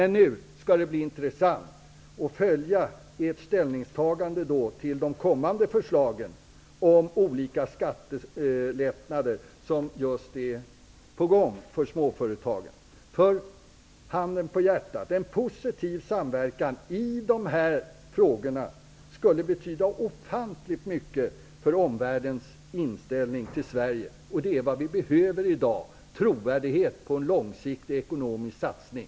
Nu skall det bli intressant att följa ert ställningstagande till de kommande förslagen om olika skattelättnader för småföretagen som är på gång. Handen på hjärtat: En positiv samverkan i dessa frågor skulle betyda ofantligt mycket för omvärldens inställning till Sverige. Det är vad vi behöver i dag -- trovärdighet och en långsiktig ekonomisk satsning.